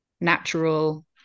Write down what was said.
natural